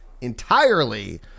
entirely